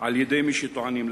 על-ידי מי שטוענים לכתר.